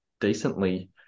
decently